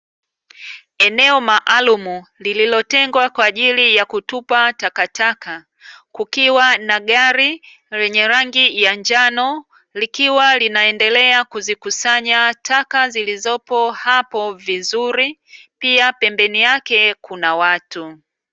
Eneo maalumu lililotengwa kwa ajili ya kutupa takataka, kukiwa na gari lenye rangi ya njano, likiwa linaendelea kuzikusanya taka zilizopo hapo vizuri pia pembeni yake kuna watu.